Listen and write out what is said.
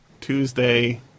Tuesday